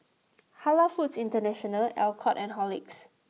Halal Foods International Alcott and Horlicks